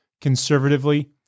conservatively